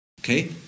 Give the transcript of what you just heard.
Okay